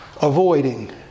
Avoiding